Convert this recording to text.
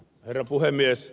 herra puhemies